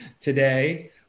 today